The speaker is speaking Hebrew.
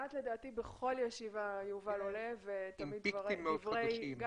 לדעתי כמעט בכל ישיבה יובל עולה ותמיד דבריו הם גם